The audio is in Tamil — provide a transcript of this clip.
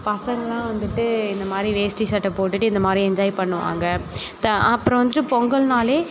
பசங்களாம் வந்துட்டு இந்த மாதிரி வேட்டி சட்டை போட்டுட்டு இந்தமாதிரி என்ஜாய் பண்ணுவாங்க த அப்புறம் வந்துட்டு பொங்கல்னால்